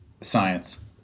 science